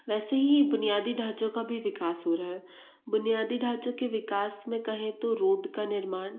वैसे ही बुनियादी ढांचे का भी विकास हो रहा है बुनियादी ढांचे के विकास में कहें तो रोड का निर्माण